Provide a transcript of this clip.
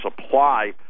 supply